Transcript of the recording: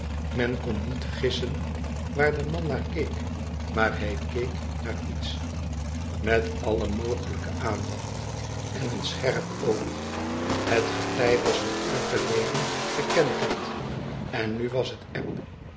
men kon niet a gissen waar de man naar keek maar hij keek naar iets uit met alle mogeff onzk wedebzdschx vriend i i onze wsderzijdsche vriekd iijke aandacht en een scherp oog het getij was een uur geleden gekenterd en nu was het eb